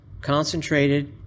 concentrated